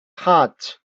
heart